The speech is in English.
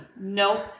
Nope